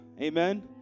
Amen